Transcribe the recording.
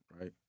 right